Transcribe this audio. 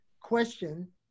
question